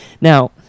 Now